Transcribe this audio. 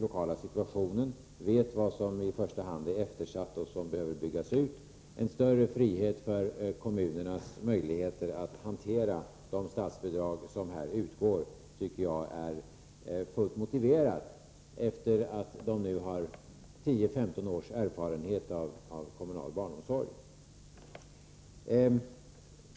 lokala situationen och vet vad som är eftersatt och vad som i första hand behöver byggas ut. En större frihet för kommunerna att hantera de statsbidrag som utgår tycker jag är fullt motiverad. Kommunerna har nu 10-15 års erfarenhet av kommunal barnomsorg.